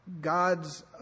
God's